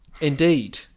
indeed